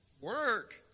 Work